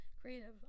Creative